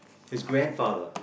his grandfather